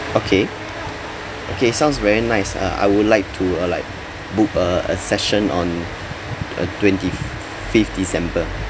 okay okay sounds nice uh I would like to uh like book uh a session on uh twenty f~ f~ fifth december